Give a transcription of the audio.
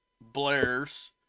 blares